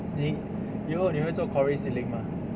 你以后你会做 corri~ ceiling mah